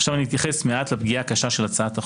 עכשיו אני אתייחס מעט לפגיעה הקשה של הצעת החוק.